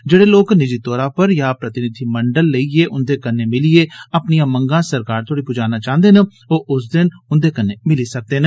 जेह्डे लोक निजि तौर उप्पर जा प्रतिनिधिमंडल लेइयै उन्दे कन्नै मिलियै अपनिया मंगा सरकार तोड़ी पजाना चाहन्दे न ओ उस दिन उन्दे कन्नै मिली सकदे न